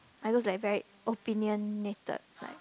I looks like very opinionated right